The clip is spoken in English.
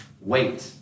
wait